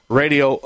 radio